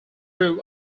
true